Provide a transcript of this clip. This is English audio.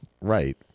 Right